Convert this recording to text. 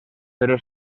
però